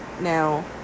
Now